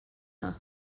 nhw